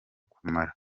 kumara